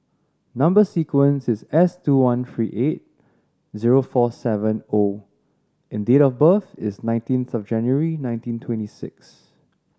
number sequence is S two one three eight zero four seven O and date of birth is nineteenth of January nineteen twenty six